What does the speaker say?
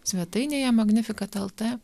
svetainėje magnificat lt